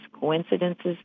coincidences